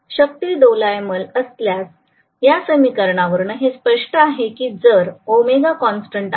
शक्ती दोलायमान सतत बदलत असल्यास या समीकरणावरून हे स्पष्ट आहे की जर ओमेगा कॉन्स्टंट आहे